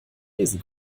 lesen